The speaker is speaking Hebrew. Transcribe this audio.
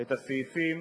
את הסעיפים